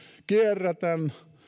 kierrätän